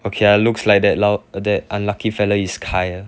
okay I looks like that lor that unlucky fella is kyle